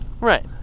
Right